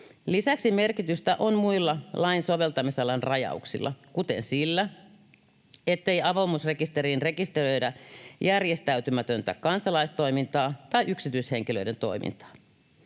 Lisäksi merkitystä on muilla lain soveltamisalan rajauksilla, kuten sillä, ettei avoimuusrekisteriin rekisteröidä järjestäytymätöntä kansalaistoimintaa tai yksityishenkilöiden toimintaa.